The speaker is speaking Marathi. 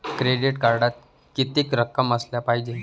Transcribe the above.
क्रेडिट कार्डात कितीक रक्कम असाले पायजे?